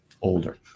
older